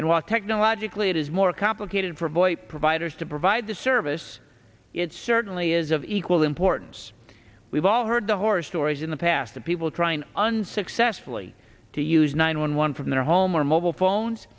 and while technologically it is more complicated for boy providers to provide the service it certainly is of equal importance we've all heard the horror stories in the past of people trying unsuccessfully to use nine one one from their home or mobile phones